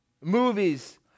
Movies